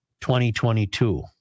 2022